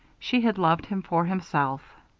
she had loved him for himself.